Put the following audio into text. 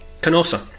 Canossa